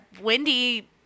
windy